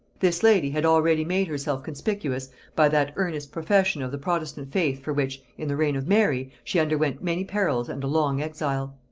this lady had already made herself conspicuous by that earnest profession of the protestant faith for which, in the reign of mary, she underwent many perils and a long exile.